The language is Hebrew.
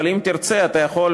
אבל אם תרצה אתה יכול,